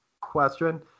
question